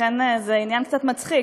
אכן, זה עניין קצת מצחיק,